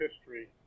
history